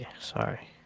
Sorry